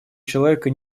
человека